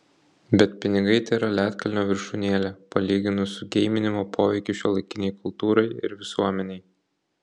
bet pinigai tėra ledkalnio viršūnėlė palyginus su geiminimo poveikiu šiuolaikinei kultūrai ir visuomenei